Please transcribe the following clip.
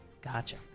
Gotcha